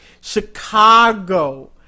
Chicago